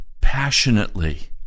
passionately